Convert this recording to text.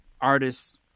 artists